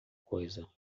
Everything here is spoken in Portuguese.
coisa